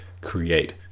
create